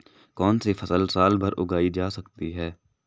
कौनसी फसल साल भर उगाई जा सकती है?